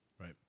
right